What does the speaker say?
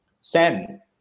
sam